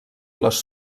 les